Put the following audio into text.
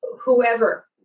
whoever